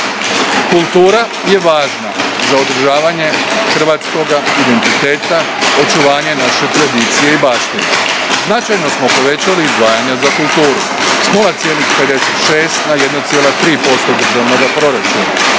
Kultura je važna za održavanje hrvatskoga identiteta, očuvanja naše tradicije i baštine. Značajno smo povećali izdvajanja za kulturu, s 0,56% na 1,3% državnoga proračuna.